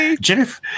Jennifer